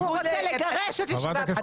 רוצה לגרש את ישיבת חומש.